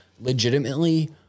legitimately